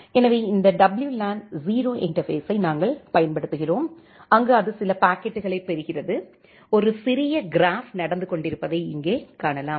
எனவே இந்த WLAN 0 இன்டர்பேஸ்ஸை நாங்கள் பயன்படுத்துகிறோம் அங்கு அது சில பாக்கெட்டுகளைப் பெறுகிறது ஒரு சிறிய கிராப் நடந்து கொண்டிருப்பதை இங்கே காணலாம்